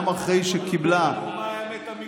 גם אחרי שקיבלה ----- מה האמת המקצועית?